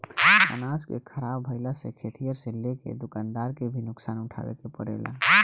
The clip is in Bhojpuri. अनाज के ख़राब भईला से खेतिहर से लेके दूकानदार के भी नुकसान उठावे के पड़ेला